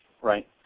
Right